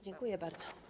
Dziękuję bardzo.